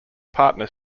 partner